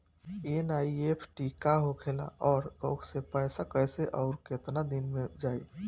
NEFT का होखेला और ओसे पैसा कैसे आउर केतना दिन मे जायी?